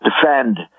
defend